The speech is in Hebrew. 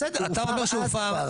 בסדר, אתה אומר שהופר.